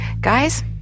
Guys